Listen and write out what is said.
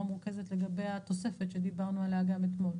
מרוכזת לגבי התוספת שדיברנו עליה גם אתמול,